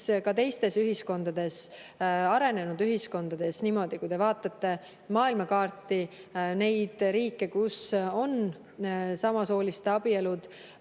ka teistes ühiskondades, arenenud ühiskondades niimoodi. Kui te vaatate maailmakaardil neid riike, kus on samasooliste abielud